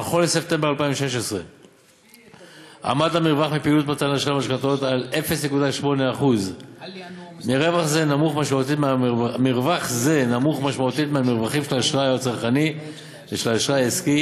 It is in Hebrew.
נכון לספטמבר 2016 עמד המרווח מפעילות מתן אשראי במשכנתאות על 0.8%. מרווח זה נמוך משמעותית מהמרווחים של האשראי הצרכני ושל האשראי העסקי,